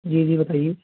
जी जी बताइए